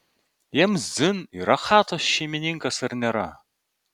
jiems dzin yra chatos šeimininkas ar nėra